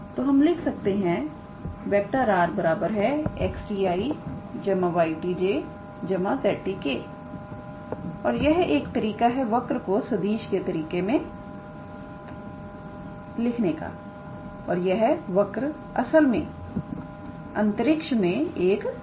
तो हम लिख सकते हैं 𝑟⃗ 𝑥𝑡𝑖̂ 𝑦𝑡𝑗̂ 𝑧𝑡𝑘̂ और यह एक तरीका है वर्क को सदिश के तरीके से लिखने का और वह वर्क असल में अंतरिक्ष में एक वर्क है